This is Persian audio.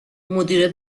مدیر